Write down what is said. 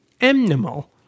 animal